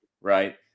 right